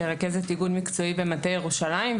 כרכזת איגוד מקצועי בהרי ירושלים,